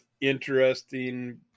interesting